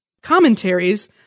commentaries